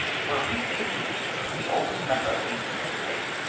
for a brief instant the oldest member seemed to hesitate.